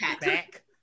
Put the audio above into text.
Back